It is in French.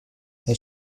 elle